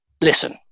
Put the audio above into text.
listen